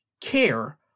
care